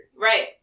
Right